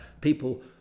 people